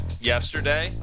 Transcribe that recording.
yesterday